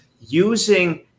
using